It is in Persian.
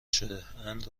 شدهاند